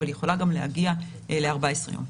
אבל היא יכולה גם להגיע ל-14 יום.